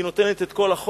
היא נותנת את כל החום,